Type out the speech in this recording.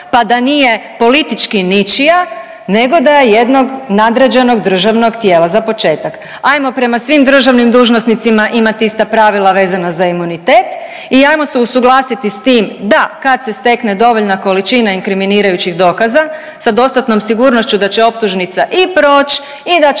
pa da nije politički ničija, nego da je jednog nadređenog državnog tijela za početak. Hajmo prema svim državnim dužnosnicima imati ista pravila vezano za imunitet i hajmo se usuglasiti sa tim da kad se stekne dovoljna količina inkriminirajućih dokaza sa dostatnom sigurnošću da će optužnica i proći